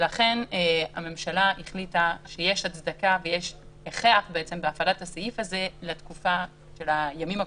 לכן הממשלה החליטה שיש הצדקה ויש הכרח בהפעלת הסעיף הזה בימים הקרובים,